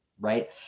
right